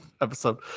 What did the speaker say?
episode